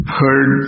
heard